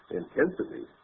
intensity